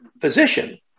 physician